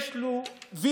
יש לו וילה,